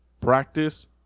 Practice